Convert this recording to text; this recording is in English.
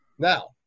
Now